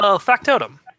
Factotum